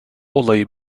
olayı